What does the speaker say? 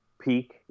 peak